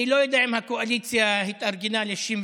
אני לא יודע אם הקואליציה התארגנה ל-61,